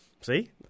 See